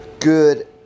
Good